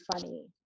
funny